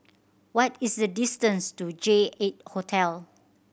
what is the distance to J Eight Hotel